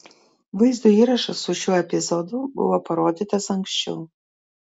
vaizdo įrašas su šiuo epizodu buvo parodytas anksčiau